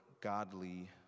godly